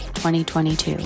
2022